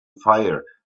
fire